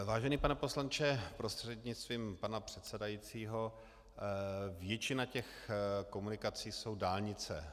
Vážený pane poslanče, prostřednictvím pana předsedajícího, většina těch komunikací jsou dálnice.